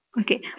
Okay